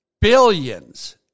billions